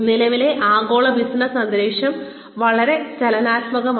നിലവിലെ ആഗോള ബിസിനസ് അന്തരീക്ഷം വളരെ ചലനാത്മകമാണ്